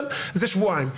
אבל אלה שבועיים.